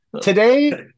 today